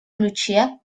ключе